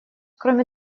кроме